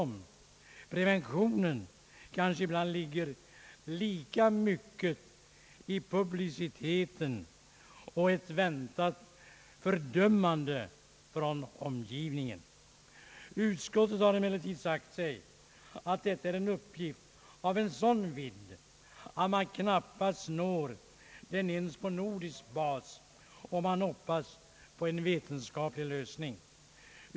Preventionen kanske ibland ligger lika mycket i publiciteten och ett väntat fördömande från omgivningen. Utskottet har emellertid sagt sig att detta är en uppgift av sådan vidd att man knappast når lösningen ens på nordisk bas, om man hoppas på en vetenskaplig lösning.